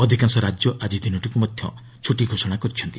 ଅଧିକାଂଶ ରାଜ୍ୟ ଆଜି ଦିନଟିକୁ ଛୁଟି ଘୋଷଣା କରିଛନ୍ତି